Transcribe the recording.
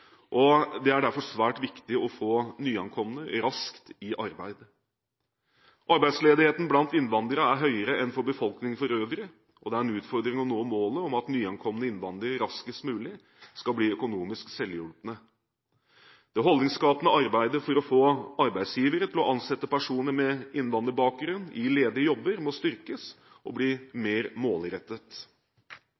og det er derfor svært viktig å få nyankomne raskt i arbeid. Arbeidsledigheten blant innvandrere er høyere enn for befolkningen for øvrig, og det er en utfordring å nå målet om at nyankomne innvandrere raskest mulig skal bli økonomisk selvhjulpne. Det holdningsskapende arbeidet for å få arbeidsgivere til å ansette personer med innvandrerbakgrunn i ledige jobber må styrkes og bli